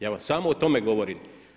Ja vam samo o tome govorim.